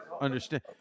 understand